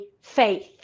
faith